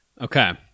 Okay